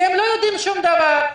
כי הם לא יודעים שום דבר.